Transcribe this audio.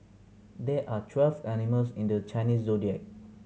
there are twelve animals in the Chinese Zodiac